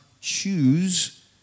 choose